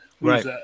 Right